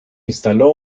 instaló